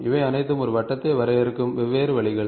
இவை அனைத்தும் ஒரு வட்டத்தை வரையறுக்கும் வெவ்வேறு வழிகள்